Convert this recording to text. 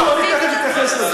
שורפים את הזירה.